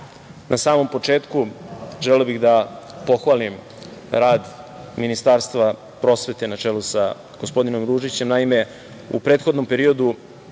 na samom početku želeo bih da pohvalim rad Ministarstva prosvete na čelu sa gospodinom Ružićem. Naime, u prethodnom periodu,